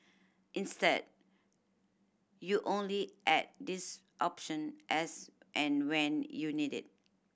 instead you only add this option as and when you need it